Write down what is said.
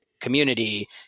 community